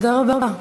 תודה רבה.